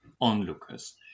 onlookers